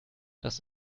das